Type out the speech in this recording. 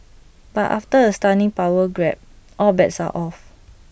but after A stunning power grab all bets are off